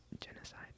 Genocide